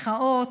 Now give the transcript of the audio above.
מחאות,